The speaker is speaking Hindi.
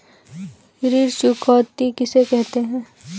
ऋण चुकौती किसे कहते हैं?